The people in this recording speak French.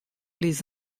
les